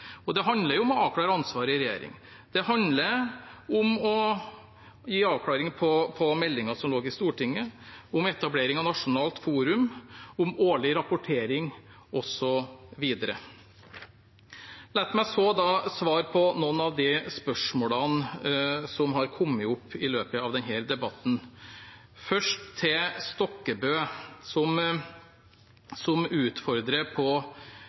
Det handler om å avklare ansvar i regjering. Det handler om å gi avklaring på meldingen som lå i Stortinget, om etablering av nasjonalt forum, om årlig rapportering osv. La meg så svare på noen av de spørsmålene som har kommet opp i løpet av denne debatten. Først til representanten Stokkebø, som utfordrer på